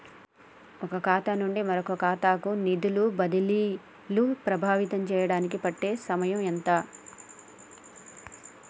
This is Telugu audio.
ఒక ఖాతా నుండి మరొక ఖాతా కు నిధులు బదిలీలు ప్రభావితం చేయటానికి పట్టే సమయం ఎంత?